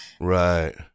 Right